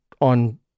on